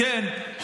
סרדינים, כן.